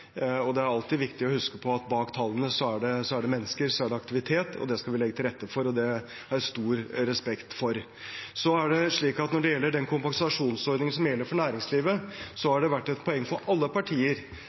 og det er alltid viktig å huske på at bak tallene er det mennesker og aktivitet. Det skal vi legge til rette for, og det har jeg stor respekt for. Når det gjelder den kompensasjonsordningen som gjelder for næringslivet,